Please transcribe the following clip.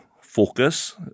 focus